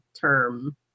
term